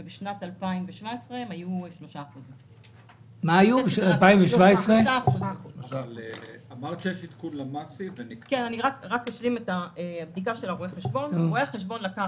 ובשנת 2017 הם היו 3%. רואה החשבון לקח